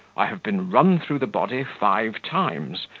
i have been run through the body five times,